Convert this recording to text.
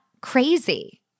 crazy